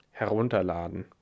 herunterladen